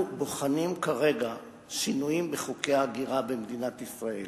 אנחנו בוחנים כרגע שינויים בחוקי ההגירה במדינת ישראל